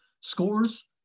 scores